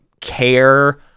care